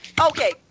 Okay